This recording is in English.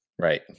right